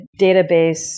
database